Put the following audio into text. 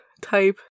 type